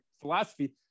philosophy